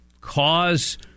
cause